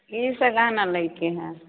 किसब गहना लैके हइ